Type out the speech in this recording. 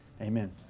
Amen